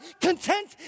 content